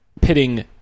pitting